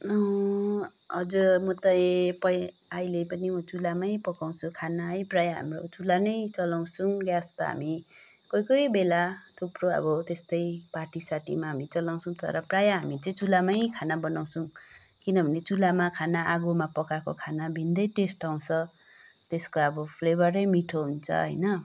अँ हजुर म चाहिँ अहिले पनि म चुल्हामै पकाउँछु खाना है प्राय हामी चुल्हा नै चलाउँछौँ ग्यास त हामी कोही कोही बेला थुप्रो अब त्यस्तै पार्टी सार्टीमा हामी चलाउँछौँ तर प्राय हामी चाहिँ चुल्हामै खाना बनाउँछौँ किनभने चुल्हामा आगोमा पकाएको खाना भिन्नै टेस्ट आउँछ त्यसको अब फ्लेभरै मीठो हुन्छ होइन